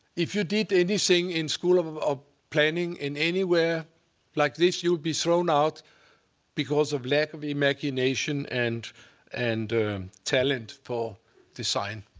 if you did anything in school of of ah planning in anywhere like this, you'll be thrown not because of lack of imagination and and talent for design.